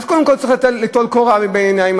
אז קודם כול צריך ליטול קורה מבין העיניים.